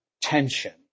tension